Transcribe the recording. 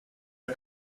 are